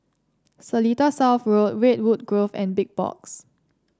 Seletar South Road Redwood Grove and Big Box